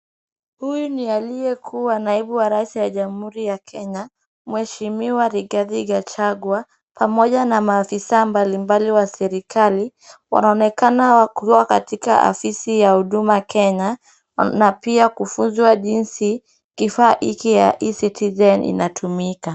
Huyu ni aliyekuwa naibu wa rais ya jamhuri wa Kenya mheshimiwa Rigathi Gachagua pamoja na maafisa mbalimbali wa serikali. Wanaonekana wakiwa katika afisi ya huduma Kenya na pia kufunzwa jinsi kifaa hiki ya e-Citizen inatumika.